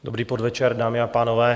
Dobrý podvečer, dámy a pánové.